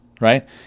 right